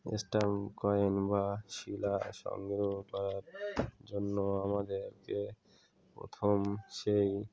stamp coin বা শিলা সংগ্রহ করার জন্য আমাদেরকে প্রথম সেই